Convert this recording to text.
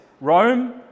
Rome